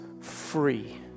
free